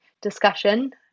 discussion